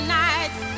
nights